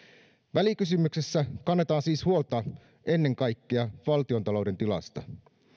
välikysymyksessä kannetaan siis huolta ennen kaikkea valtiontalouden tilasta